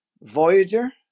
Voyager